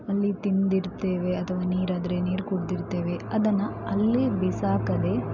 ಅಲ್ಲಿ ತಿಂದಿರ್ತೇವೆ ಅಥವಾ ನೀರಾದರೆ ನೀರು ಕುಡ್ದಿರ್ತೇವೆ ಅದನ್ನು ಅಲ್ಲೇ ಬಿಸಾಕದೇ